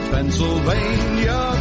Pennsylvania